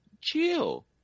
chill